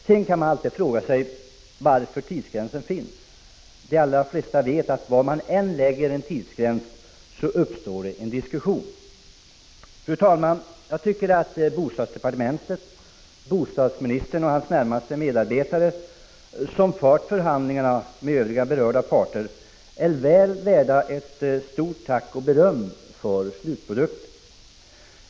Sedan kan man alltid fråga sig varför tidsgränsen finns — de allra flesta vet att det uppstår en diskussion var än tidsgränsen läggs. Fru talman! Jag tycker att bostadsministern och hans närmaste medarbetare, som fört förhandlingarna med övriga berörda parter, är väl värda ett stort tack och beröm för slutprodukten.